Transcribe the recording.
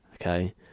okay